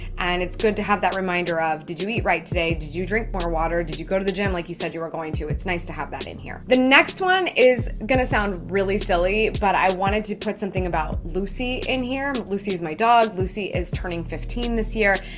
and it's good to have that reminder of did you eat right today, did you drink more water, did you go to the gym like you said you were going to? it's nice to have that in here. the next one is gonna sound really silly, but i wanted to put something about lucy in here. and lucy is my dog. lucy is turning fifteen this year.